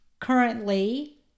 currently